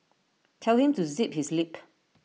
tell him to zip his lip